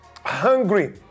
hungry